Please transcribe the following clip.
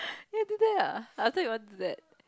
ya he do that ah I thought he won't do that